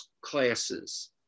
classes